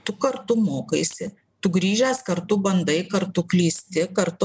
tu kartu mokaisi tu grįžęs kartu bandai kartu klysti kartu